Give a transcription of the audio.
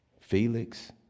Felix